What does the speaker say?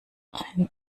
ein